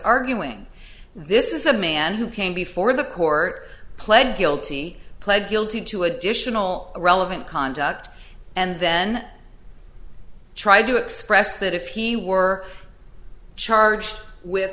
arguing this is a man who came before the court pled guilty pled guilty to additional relevant conduct and then tried to express that if he were charged with